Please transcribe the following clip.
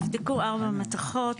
נבדקו ארבע מתכות,